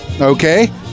Okay